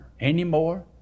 anymore